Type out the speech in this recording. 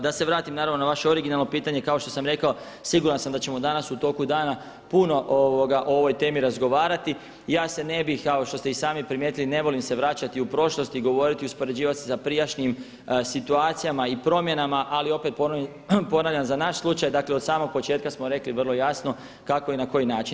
Da se vratim na vaše originalno pitanje, kao što sam rekao siguran sam da ćemo danas u toku dana puno o ovoj temi razgovarati, ja se ne bih kao što ste i sami primijetili ne volim se vraćati u prošlost i govoriti i uspoređivati se sa prijašnjim situacijama i promjenama ali opet ponavljam za naš slučaj od samog početka smo rekli vrlo jasno kako i na koji način.